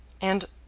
and